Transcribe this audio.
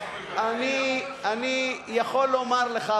אני יכול לומר לך,